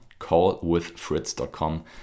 callwithfritz.com